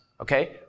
Okay